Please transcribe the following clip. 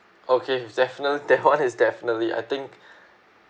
okay definitely that one is definitely I think